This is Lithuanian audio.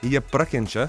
jie prakenčia